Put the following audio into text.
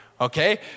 Okay